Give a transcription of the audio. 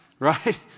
Right